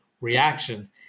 reaction